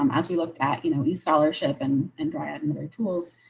um as we looked at, you know, the scholarship and and dr. murray tools.